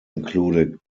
included